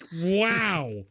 wow